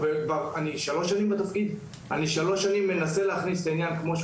אני שלוש שנים בתפקיד ושלוש שנים אני מנסה להכניס את ההכשרה כפי שהיא